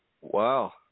Wow